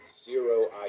zero